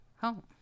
home